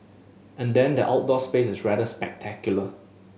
and then the outdoor space is rather spectacular